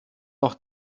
noch